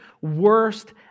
worst